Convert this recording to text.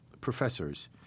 professors